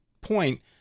point